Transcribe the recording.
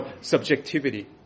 subjectivity